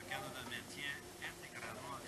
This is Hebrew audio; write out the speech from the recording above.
שאמורה לשמש פרטנר,